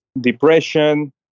depression